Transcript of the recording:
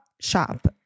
Shop